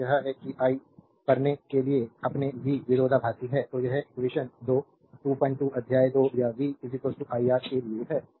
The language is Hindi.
तो यह है कि आई करने के लिए अपने वी विरोधाभासी है कि यह इक्वेशन 2 22 अध्याय 2 या v IR के लिए है